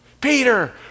Peter